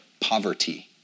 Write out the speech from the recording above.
poverty